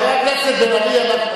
חבר הכנסת בן-ארי,